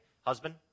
husband